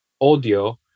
audio